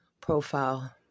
profile